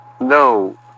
No